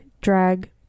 drag